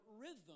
rhythm